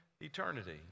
eternity